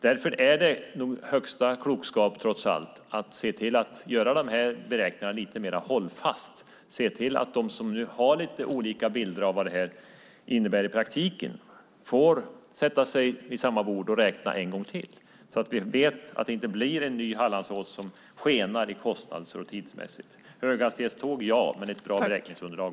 Därför är det trots allt högsta klokskap att se till att göra de här beräkningarna lite mer hållfasta och se till att de som nu har lite olika bilder av vad detta innebär i praktiken får sätta sig vid samma bord och räkna en gång till så att det inte blir en ny Hallandsås som skenar både tidsmässigt och i kostnader. Höghastighetståg - ja. Men först ett bra räkningsunderlag!